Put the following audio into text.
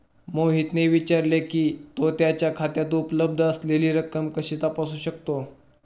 मोहितने विचारले की, तो त्याच्या खात्यात उपलब्ध असलेली रक्कम कशी तपासू शकतो?